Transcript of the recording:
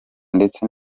ndetse